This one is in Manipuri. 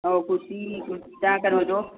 ꯑꯧ ꯀꯨꯔꯇꯤ ꯀꯨꯔꯇꯤꯗ ꯀꯩꯅꯣꯗꯣ